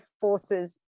forces